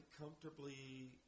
comfortably